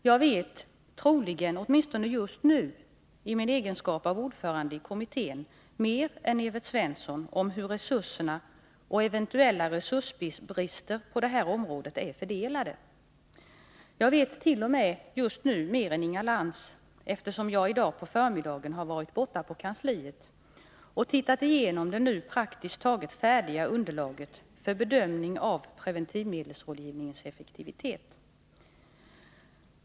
Jag vet troligen, åtminstone just nu, i min egenskap av ordförande i kommittén mer än Evert Svensson om hur resurserna och eventuella resursbrister på detta område är fördelade. Jag vet t.o.m. just nu mer än Inga Lantz, eftersom jag i dag på förmiddagen har varit borta på kansliet och tittat igenom det nu praktiskt taget färdiga underlaget för bedömning av preventivmedelsrådgivningens effektivitet.